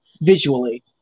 visually